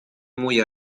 muy